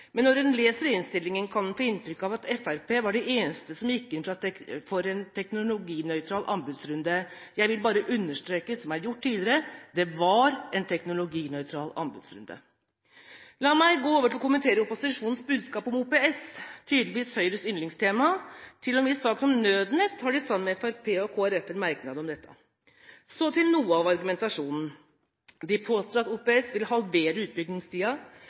Men når en leser innstillingen, kan en få inntrykk av at Fremskrittspartiet var det eneste partiet som gikk inn for en teknologinøytral anbudsrunde. Jeg vil bare understreke – som det har vært gjort tidligere – det var en teknologinøytral anbudsrunde. La meg gå over til å kommentere opposisjonens budskap om OPS – tydeligvis Høyres yndlingstema. Til og med i saken om nødnett har de, sammen med Fremskrittspartiet og Kristelig Folkeparti, en merknad om dette. Så til noe av argumentasjonen: De påstår at OPS vil halvere